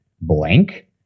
blank